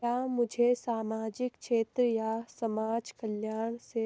क्या मुझे सामाजिक क्षेत्र या समाजकल्याण से